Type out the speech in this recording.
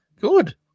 good